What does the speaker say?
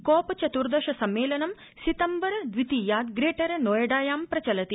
corp चतुर्दश सम्मेलनं सितम्बर द्वितीयाद् प्रेटर नोएडायां प्रचलति